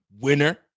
winner